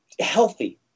healthy